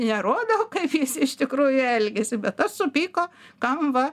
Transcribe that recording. nerodo kaip jis iš tikrųjų elgėsi bet tas supyko kam va